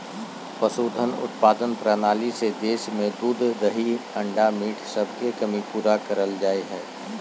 पशुधन उत्पादन प्रणाली से देश में दूध दही अंडा मीट सबके कमी पूरा करल जा हई